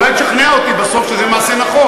אולי תשכנע אותי בסוף שזה מה שנכון,